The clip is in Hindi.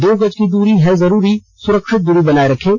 दो गज की दूरी है जरूरी सुरक्षित दूरी बनाए रखें